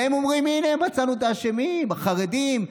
והם אומרים: הינה, מצאנו את האשמים, החרדים.